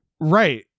right